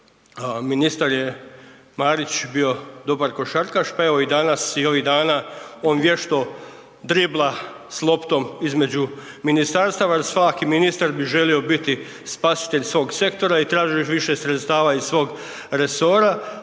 Ministar je Marić bio dobar pa evo i danas i ovih dana on vješto dribla s loptom između ministarstava jer svaki ministar bi želio biti spasitelj svog sektora i tražio još više sredstava iz svog resora,